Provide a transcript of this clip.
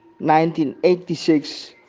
1986